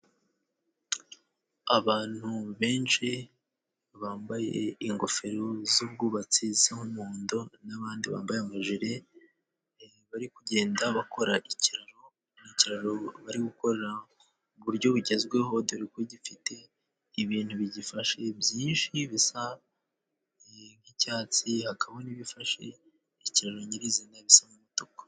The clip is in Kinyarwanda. Abantu benshi bambaye ingofero z'ubwubatsi z'umuhondo n'abandi bambaye amajiri bari kugenda bakora ikiraro, ikiraro bari gukora ku buryo bugezweho dore ko gifite ibintu bigifashe byinshi bisa nk'icyatsi hakaba n'ibifashe ikiraro nyirizina bisa n'umutuku.